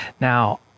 Now